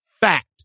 Fact